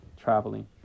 traveling